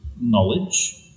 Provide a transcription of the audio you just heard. knowledge